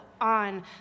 on